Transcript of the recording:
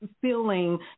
feeling